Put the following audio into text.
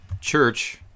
church